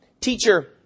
Teacher